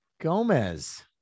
Gomez